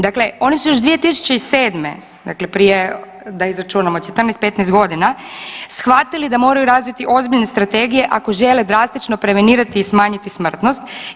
Dakle, oni su još 2007., dakle prije da izračunamo 14-15 godina shvatili da moraju razviti ozbiljne strategije ako žele drastično prevenirati i smanjiti smrtnost.